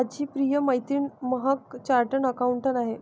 माझी प्रिय मैत्रीण महक चार्टर्ड अकाउंटंट आहे